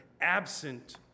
absent